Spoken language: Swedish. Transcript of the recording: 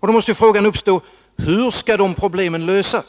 Då måste frågan uppstå: Hur skall dessa problem lösas?